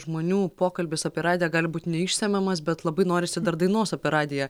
žmonių pokalbis apie radiją gali būt neišsemiamas bet labai norisi dar dainos apie radiją